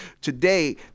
Today